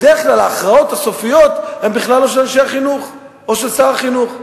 בדרך כלל ההכרעות הסופיות הן בכלל לא של אנשי חינוך או של שר החינוך.